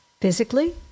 physically